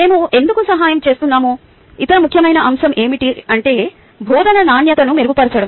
మేము ఎందుకు సహాయం చేస్తున్నామో ఇతర ముఖ్యమైన అంశం ఏమిటంటే బోధన నాణ్యతను మెరుగుపరచడం